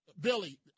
Billy